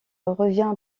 revient